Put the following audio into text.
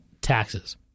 taxes